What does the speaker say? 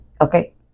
okay